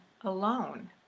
alone